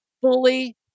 fully